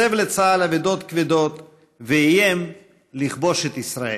הסב לצה"ל אבדות כבדות ואיים לכבוש את ישראל.